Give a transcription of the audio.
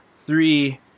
three